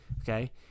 Okay